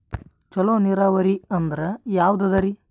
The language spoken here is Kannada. ಚಲೋ ನೀರಾವರಿ ಅಂದ್ರ ಯಾವದದರಿ?